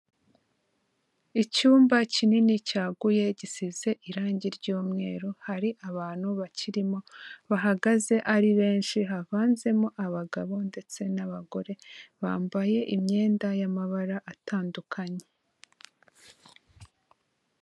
Icyumba kinini cyaguye, gisize irangi ry'umweru, hari abantu bakirimo, bahagaze ari benshi, havanzemo abagabo ndetse n'abagore, bambaye imyenda y'amabara atandukanye.